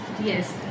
Yes